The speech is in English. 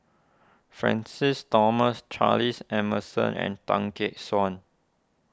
Francis Thomas Charles Emmerson and Tan Gek Suan